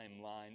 timeline